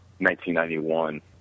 1991